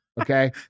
Okay